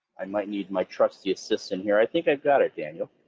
i might need my trusty assistant here. i think i've got it, daniel.